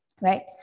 right